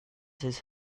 his